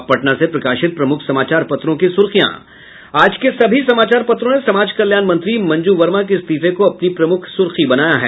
अब पटना से प्रकाशित प्रमुख समाचार पत्रों की सुर्खियां आज के सभी समाचार पत्रों ने समाज कल्याण मंत्री मंजू वर्मा के इस्तीफे को अपनी प्रमुख सुर्खी बनाया है